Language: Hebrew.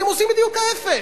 אתם עושים בדיוק ההיפך.